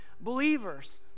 believers